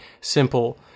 simple